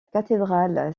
cathédrale